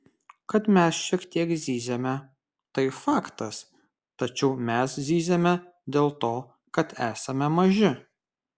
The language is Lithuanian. kad mes šiek tiek zyziame tai faktas tačiau mes zyziame dėl to kad esame maži